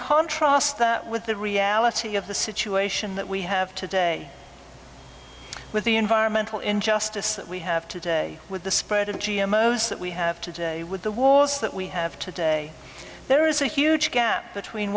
contrast that with the reality of the situation that we have today with the environmental injustice that we have today with the spread of the g m o's that we have today with the wars that we have today there is a huge gap between